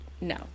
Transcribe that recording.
no